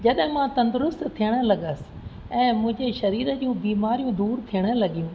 जॾहिं मां तंदरुस्त थियण लॻसि ऐं मुंहिंजे शरीर जूं बीमारयूं दूरि थियणु लॻियूं